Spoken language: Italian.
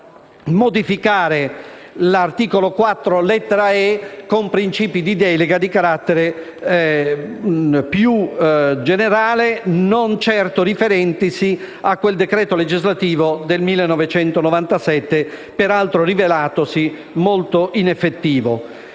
modificare l'articolo 4, lettera *e)*, con principi di delega di carattere più generale, non certo riferentisi a quel decreto legislativo 4 dicembre n. 460, 1997, peraltro rivelatosi inefficace.